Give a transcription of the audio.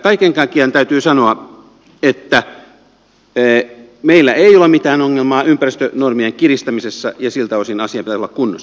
kaiken kaikkiaan täytyy sanoa että meillä ei ole mitään ongelmaa ympäristönormien kiristämisessä ja siltä osin asian pitäisi olla kunnossa